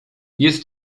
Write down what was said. jest